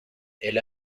elle